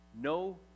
no